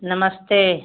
नमस्ते